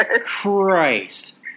christ